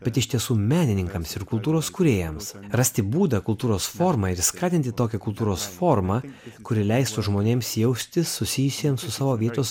bet iš tiesų menininkams ir kultūros kūrėjams rasti būdą kultūros formą ir skatinti tokią kultūros formą kuri leistų žmonėms jaustis susijusiems su savo vietos